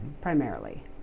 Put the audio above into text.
primarily